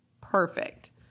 perfect